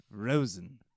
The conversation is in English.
Frozen